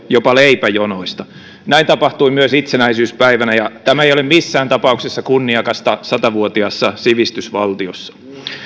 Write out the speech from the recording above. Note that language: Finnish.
jopa leipäjonoista näin tapahtui myös itsenäisyyspäivänä ja tämä ei ole missään tapauksessa kunniakasta satavuotiaassa sivistysvaltiossa